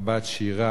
ואת הבנות שירה,